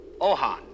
Ohan